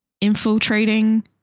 infiltrating